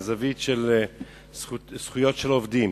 מהזווית של זכויות של עובדים.